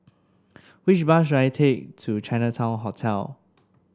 which bus should I take to Chinatown Hotel